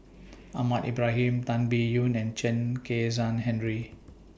Ahmad Ibrahim Tan Biyun and Chen Kezhan Henri